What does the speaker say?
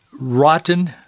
rotten